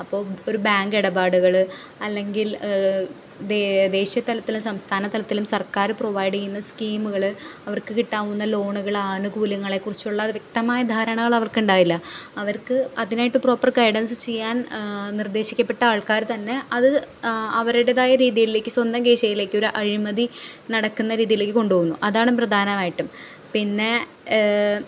അപ്പം ഒരു ബാങ്ക് ഇടപാടുകൾ അല്ലെങ്കിൽ ദേ ദേശീയ തലത്തിലും സംസ്ഥാന തലത്തിലും സർക്കാർ പ്രൊവൈഡ് ചെയ്യുന്ന സ്കീമുകൾ അവർക്ക് കിട്ടാവുന്ന ലോണുകൾ ആനുകൂല്യങ്ങളെ കുറിച്ചുള്ള വ്യക്തമായ ധാരണകൾ അവർക്കുണ്ടാവില്ല അവർക്ക് അതിനായിട്ട് പ്രോപ്പർ ഗൈഡൻസ് ചെയ്യാൻ നിർദ്ദേശിക്കപ്പെട്ട ആൾക്കാർ തന്നെ അത് അവരുടേതായ രീതിയിലേക്ക് സ്വന്തം കീശയിലേക്ക് ഒരു അഴിമതി നടക്കുന്ന രീതിയിലേക്ക് കൊണ്ട് പോകുന്നു അതാണ് പ്രധാനമായിട്ടും പിന്നെ